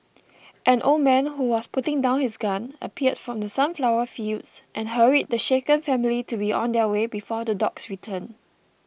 an old man who was putting down his gun appeared from the sunflower fields and hurried the shaken family to be on their way before the dogs return